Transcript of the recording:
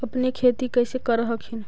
अपने खेती कैसे कर हखिन?